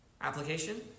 Application